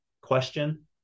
question